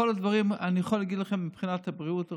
מבחינת הבריאות,